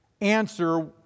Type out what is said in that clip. answer